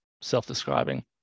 self-describing